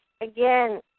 again